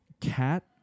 cat